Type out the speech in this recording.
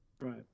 Right